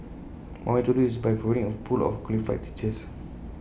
one way to do this is by providing A pool of qualified teachers